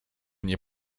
nie